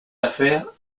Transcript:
affaires